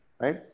right